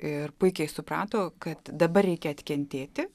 ir puikiai suprato kad dabar reikia atkentėti